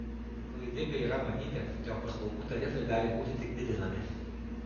klaidinga yra manyti jog paslaugų tarifai gali būti tik didinami